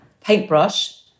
Paintbrush